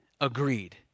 agreed